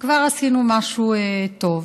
כבר עשינו משהו טוב.